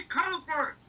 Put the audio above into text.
comfort